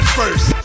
first